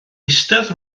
eistedd